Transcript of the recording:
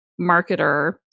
marketer